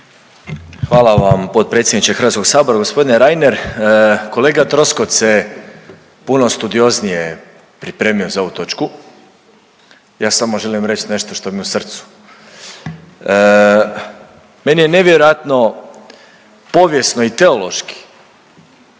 Hvala vam potpredsjedniče Hrvatskog sabora, gospodine Reiner. Kolega Troskot se puno studioznije pripremio za ovu točku. Ja samo želim reći nešto što mi je u srcu. Meni je nevjerojatno povijesno i teološki,